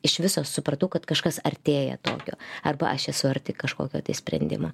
iš viso supratau kad kažkas artėja tokio arba aš esu arti kažkokio tai sprendimo